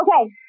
Okay